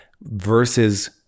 versus